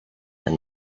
and